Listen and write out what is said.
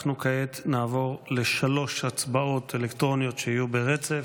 כעת נעבור לשלוש הצבעות אלקטרוניות, שיהיו ברצף.